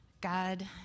God